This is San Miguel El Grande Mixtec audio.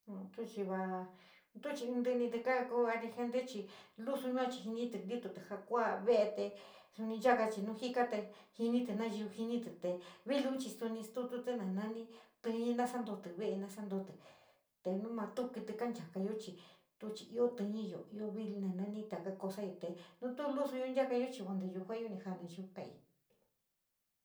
Tu chiva, tu chii intitíi ka kuu inteligente chii louo yua chi jintii nitou ja kou vele te souu nchaca te jinitíi, naiyou te. Vilunchi souu sidouti nama fini sou soumanta vele masanoutíi te nou mouta kití kanchakayo chi touchi kou inii yoa jou nou nami taka casa nu tu lusayo chankayo kante te yuje´eyo jaa naiyou kai.